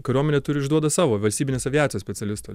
kariuomenė turi išduoda savo valstybinės aviacijos specialisto